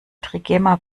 trigema